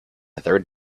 third